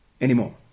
anymore